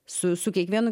su su kiekvienu